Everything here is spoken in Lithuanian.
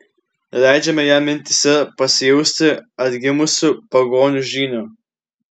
leidžiame jam mintyse pasijausti atgimusiu pagonių žyniu